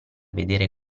vedere